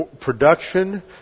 production